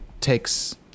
takes